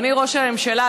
אדוני ראש הממשלה,